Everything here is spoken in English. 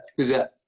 who's that?